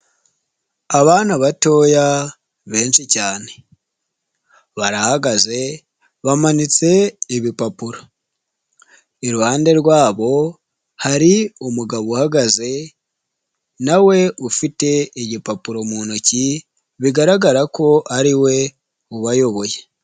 Abana batoya benshi cyane barahagaze bamanitse ibipapuro iruhande rwabo hari umugabo uhagaze nawe ufite igipapuro mu ntoki bigaragara ko ari we ubayoboye.